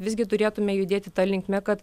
visgi turėtume judėti ta linkme kad